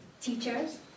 teachers